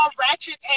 ratchet